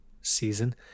season